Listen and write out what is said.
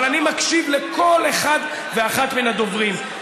אבל אני מקשיב לכל אחד ואחת מן הדוברים.